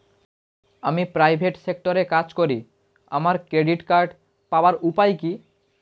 আমি প্রাইভেট সেক্টরে কাজ করি আমার ক্রেডিট কার্ড পাওয়ার উপায় কি?